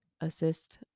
assist